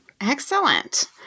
Excellent